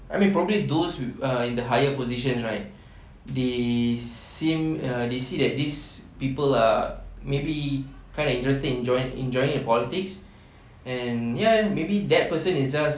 I mean probably those with uh in a higher position right they seem uh they see that this people are maybe kind of interesting join in joining the politics and ya maybe that person is just